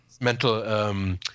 mental –